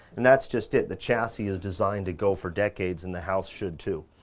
and that's just it. the chassis is designed to go for decades and the house should too.